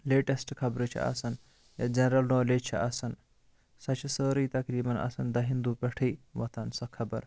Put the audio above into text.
latest خَبرٕ چھِ آسان یا جَنرَل نولیج چھِ آسان سۄ چھِ سٲری تَقریبن آسان دَ ہِنٛدوٗ پیٹھٕے وۄتھان سۄ خَبَر